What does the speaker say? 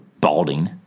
balding